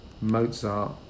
Mozart